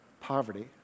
poverty